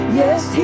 yes